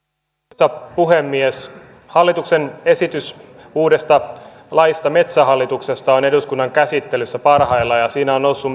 arvoisa puhemies hallituksen esitys uudesta laista metsähallituksesta on eduskunnan käsittelyssä parhaillaan ja siinä on noussut